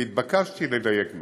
והתבקשתי לדייק בה.